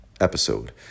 episode